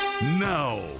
Now